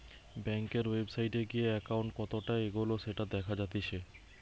বেংকের ওয়েবসাইটে গিয়ে একাউন্ট কতটা এগোলো সেটা দেখা জাতিচ্চে